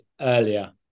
earlier